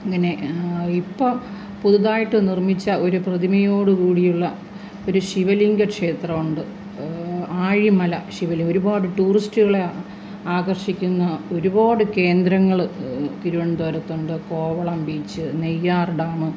ഇങ്ങനെ ഇപ്പോള് പുതുതായിട്ട് നിർമിച്ച ഒരു പ്രതിമയോടുകൂടിയുള്ള ഒരു ശിവലിംഗ ക്ഷേത്രമുണ്ട് ആഴിമല ശിവലിംഗം ഒരുപാട് ടൂറിസ്റ്റുകളെ ആകർഷിക്കുന്ന ഒരുപാട് കേന്ദ്രങ്ങള് തിരുവനന്തപുരത്ത് ഉണ്ട് കോവളം ബീച്ച് നെയ്യാർ ഡാം